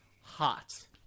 hot